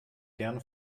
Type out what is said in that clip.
gerne